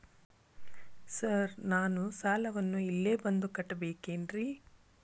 Sir ನಾನು ಸಾಲವನ್ನು ಇಲ್ಲೇ ಬಂದು ಕಟ್ಟಬೇಕೇನ್ರಿ?